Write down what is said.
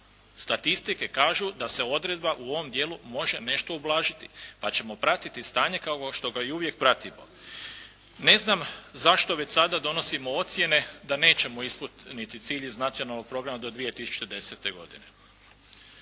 statistike kažu da se odredba u ovom dijelu može nešto ublažiti, pa ćemo pratiti stanje kao što ga i uvijek pratimo. Ne znam zašto već sada donosimo ocjene da nećemo ispuniti niti cilj iz nacionalnog programa do 2010. godine.